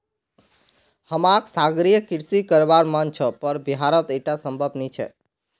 हमाक सागरीय कृषि करवार मन छ पर बिहारत ईटा संभव नी छ